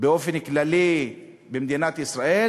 באופן כללי במדינת ישראל,